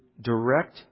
direct